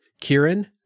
Kieran